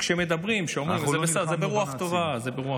אנחנו לא נלחמנו בנאצים.